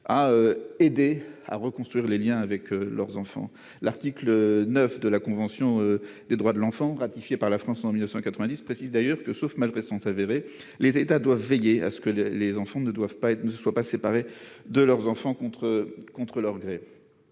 à aider à reconstruire les Liens avec leurs enfants, l'article 9 de la Convention des droits de l'enfant, ratifiée par la France en 1990 précise d'ailleurs que sauf malgré sont avérés, les États doivent veiller à ce que les enfants ne doivent pas être ne soient pas séparés de leurs enfants contre contre